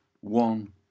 one